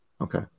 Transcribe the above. Okay